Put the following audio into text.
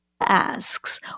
asks